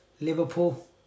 Liverpool